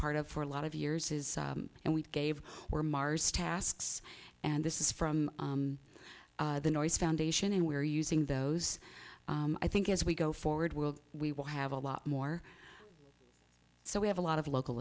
part of for a lot of years is and we gave or mars tasks and this is from the noise foundation and we're using those i think as we go forward will we will have a lot more so we have a lot of local